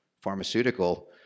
pharmaceutical